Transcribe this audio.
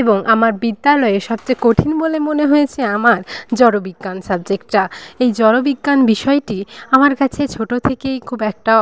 এবং আমার বিদ্যালয়ে সবচেয়ে কঠিন বলে মনে হয়েছে আমার জড়বিজ্ঞান সাবজেক্টটা এই জড়বিজ্ঞান বিষয়টি আমার কাছে ছোটো থেকেই খুব একটা